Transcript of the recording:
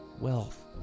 wealth